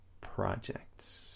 projects